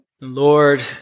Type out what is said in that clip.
Lord